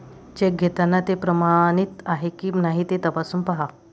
check घेताना ते प्रमाणित आहे की नाही ते तपासून पाहा